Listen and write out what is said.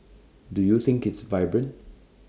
do you think it's vibrant